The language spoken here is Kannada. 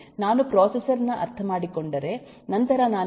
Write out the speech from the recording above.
ನಾನು ಪ್ರೊಸೆಸರ್ ನ ಅರ್ಥಮಾಡಿಕೊಂಡರೆ ನಂತರ ನಾನು ಎಲ್ಲವನ್ನು ಅರ್ಥಮಾಡಿಕೊಂಡಿದ್ದೇನೆ